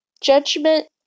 Judgment